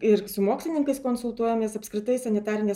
ir su mokslininkais konsultuojamės apskritai sanitarinė